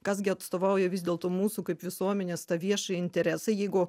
kas gi atstovauja vis dėlto mūsų kaip visuomenės tą viešąjį interesą jeigu